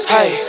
Hey